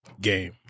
game